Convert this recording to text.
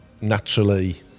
naturally